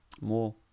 more